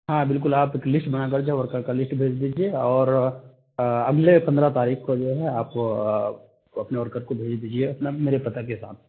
ہاں بالکل آپ ایک لسٹ بنا کر جو ورکر کا ایک لسٹ بھیج دیجیے اور آ اگلے پندرہ تاریخ کو جو ہے آپ اپنے ورکر کو بھیج دیجیے اپنا میرے پتّہ کے ساتھ